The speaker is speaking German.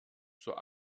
zur